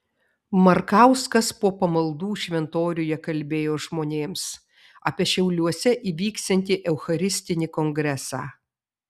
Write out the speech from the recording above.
markauskas po pamaldų šventoriuje kalbėjo žmonėms apie šiauliuose įvyksiantį eucharistinį kongresą